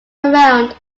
around